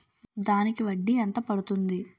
దానికి వడ్డీ ఎంత పడుతుంది?